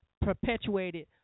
perpetuated